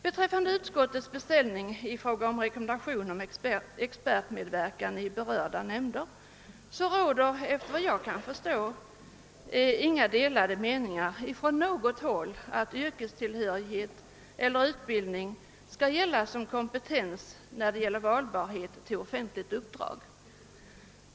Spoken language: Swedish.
Beträffande utskottets beställning i fråga om rekommendationen om €xpertmedverkan i berörda nämnder råder, efter vad jag kan förstå, inga delade meningar om att inte yrkestillhörighet eller utbildning skall gälla som kompetens vid valbarhet till offentligt uppdrag.